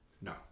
No